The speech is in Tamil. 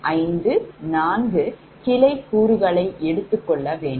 456 கிளை கூறுகளை எடுத்து கொள்ள வேண்டும்